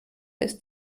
ist